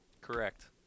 Correct